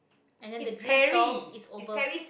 and then the drinks stall is over